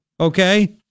Okay